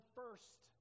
first